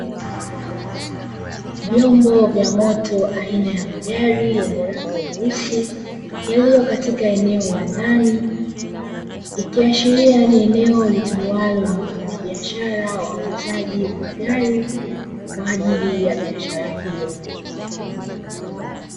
Vyombo vya moto aina ya magari yenye rangi nyeusi, yaliyo katika eneo la ndani, ikiashiria ni eneo litumiwalo na wafanya biashara wa uuzaji wa magari kwa ajili ya biashara hiyo.